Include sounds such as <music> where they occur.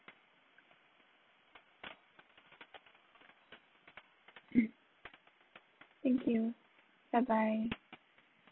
<noise> thank you bye bye